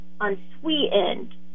unsweetened